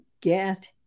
get